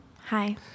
Hi